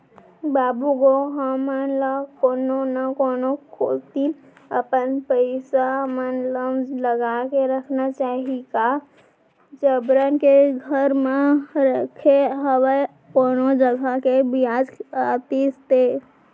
बाबू गो हमन ल कोनो न कोनो कोती अपन पइसा मन ल लगा के रखना चाही गा जबरन के घर म रखे हवय कोनो जघा ले बियाज आतिस ते